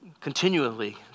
continually